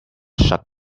shut